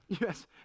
Yes